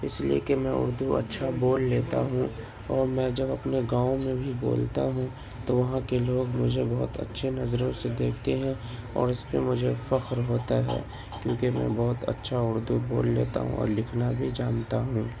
اس لیے کہ میں اردو اچھا بول لیتا ہوں اور میں جب اپنے گاؤں میں بھی بولتا ہوں تو وہاں کے لوگ مجھے بہت اچھے نظروں سے دیکھتے ہیں اور اس پہ مجھے فخر ہوتا ہے کیوںکہ میں بہت اچھا اردو بول لیتا ہوں اور لکھنا بھی جانتا ہوں